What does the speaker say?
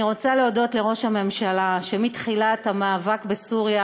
אני רוצה להודות לראש הממשלה שמתחילת המאבק בסוריה